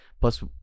Plus